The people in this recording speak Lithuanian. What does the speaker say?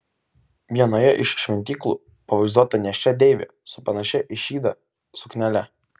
vienoje iš šventyklų pavaizduota nėščia deivė su panašia į šydą suknele